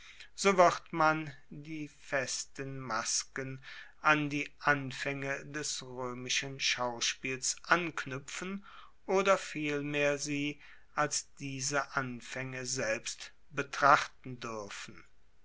so wird man die festen masken an die anfaenge des roemischen schauspiels anknuepfen oder vielmehr sie als diese anfaenge selbst betrachten duerfen